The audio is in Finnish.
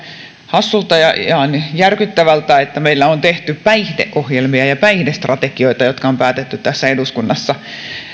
hassulta ja ja ihan järkyttävältä että meillä on tehty päihdeohjelmia ja päihdestrategioita jotka on päätetty tässä eduskunnassa